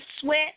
sweat